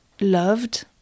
loved